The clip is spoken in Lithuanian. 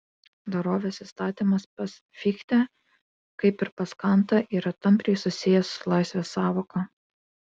dorovės įstatymas pas fichtę kaip ir pas kantą yra tampriai susijęs su laisvės sąvoka